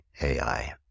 AI